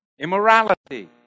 immorality